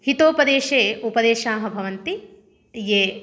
हितोपदेशे उपदेशाः भवन्ति ये